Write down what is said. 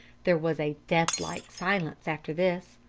there was a deathlike silence after this.